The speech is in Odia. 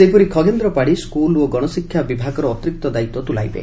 ସେହିଭଳି ଖଗେନ୍ର ପାଢୀ ସ୍କୁଲ ଓ ଗଣଶିକ୍ଷା ବିଭାଗର ଅତିରିକ୍ତ ଦାୟିତ୍ୱ ତୁଲାଇବେ